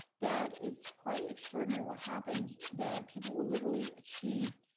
that it's quite extraordinary what happens that people will literally achieve,